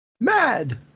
Mad